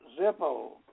Zippo